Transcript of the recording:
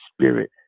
spirit